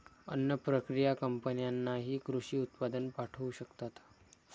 अन्न प्रक्रिया कंपन्यांनाही कृषी उत्पादन पाठवू शकतात